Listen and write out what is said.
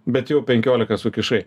bet jau penkiolika sukišai